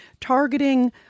targeting